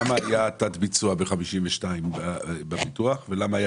למה היה תת ביצוע ב-52 בפיתוח ולמה היה